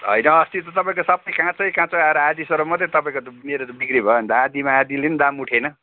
होइन अस्ति त तपाईँको सबै काँचै काँचो आएर आधासरो मात्रै तपाईँको मेरो त बिक्री भयो अन्त आधामा आधाले पनि दाम उठेन